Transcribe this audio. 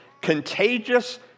contagious